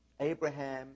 Abraham